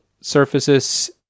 surfaces